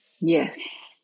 Yes